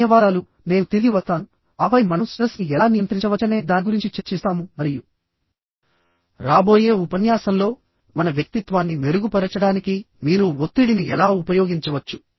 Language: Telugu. ధన్యవాదాలు నేను తిరిగి వస్తాను ఆపై మనం స్ట్రెస్ ని ఎలా నియంత్రించవచ్చనే దాని గురించి చర్చిస్తాము మరియు రాబోయే ఉపన్యాసంలో మన వ్యక్తిత్వాన్ని మెరుగుపరచడానికి మీరు ఒత్తిడిని ఎలా ఉపయోగించవచ్చు